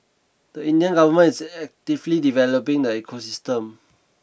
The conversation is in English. the Indian government is actively developing the ecosystem